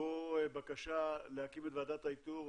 ובו בקשה להקים את ועדת האיתור,